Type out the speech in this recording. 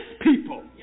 people